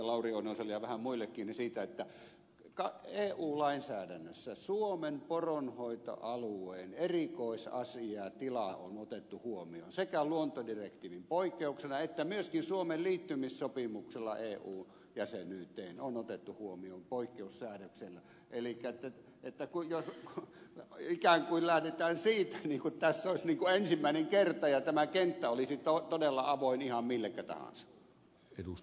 lauri oinoselle ja vähän muillekin siitä että suomen poronhoitoalueen erikoisasia ja tila on otettu huomioon sekä eu lainsäädännössä luontodirektiivin poikkeuksena että myöskin suomen liittymissopimuksessa eu jäsenyyteen poikkeussäädöksellä elikkä ikään kuin lähdetään siitä niin kuin tässä olisi ensimmäinen kerta ja tämä kenttä olisi todella avoin ihan millekä tahansa